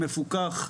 מפוקח.